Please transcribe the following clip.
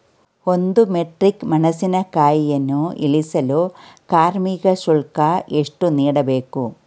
ಒಂದು ಮೆಟ್ರಿಕ್ ಮೆಣಸಿನಕಾಯಿಯನ್ನು ಇಳಿಸಲು ಕಾರ್ಮಿಕ ಶುಲ್ಕ ಎಷ್ಟು ನೀಡಬೇಕು?